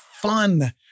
fun